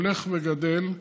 הולך וגדל,